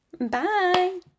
Bye